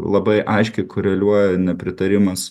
labai aiškiai koreliuoja nepritarimas